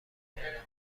کردم